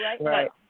right